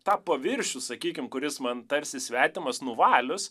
tą paviršių sakykim kuris man tarsi svetimas nuvalius